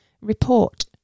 Report